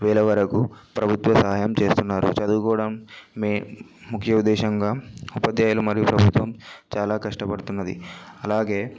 వేల వరకు ప్రభుత్వ సహాయం చేస్తున్నారు చదువుకోవడమే ముఖ్య ఉద్దేశంగా ఉపాధ్యాయులు మరియు ప్రభుత్వం చాలా కష్టపడుతున్నది అలాగే